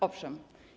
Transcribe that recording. Owszem.